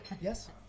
Yes